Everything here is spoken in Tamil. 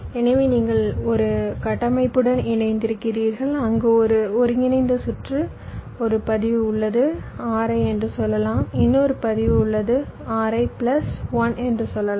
எனவே நீங்கள் ஒரு கட்டமைப்புடன் இணைந்திருக்கிறீர்கள் அங்கு ஒரு ஒருங்கிணைந்த சுற்று ஒரு பதிவு உள்ளது Ri என்று சொல்லலாம் இன்னொரு பதிவு உள்ளது Ri பிளஸ் 1 என்று சொல்லலாம்